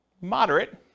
Moderate